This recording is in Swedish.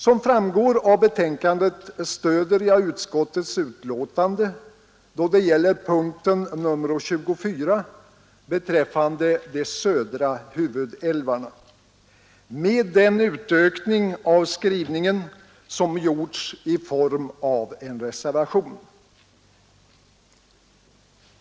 Som framgår av betänkandet stöder jag utskottets förslag då det gäller punkten nr 24 beträffande de södra huvudälvarna, med den utökning av skrivningen som gjorts i form av en reservation.